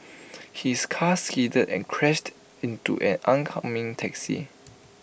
his car skidded and crashed into an oncoming taxi